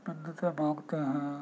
منتیں مانگتے ہیں